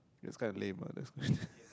it's kind of lame ah